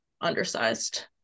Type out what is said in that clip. undersized